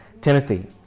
Timothy